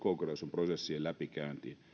prosessien läpikäyntiin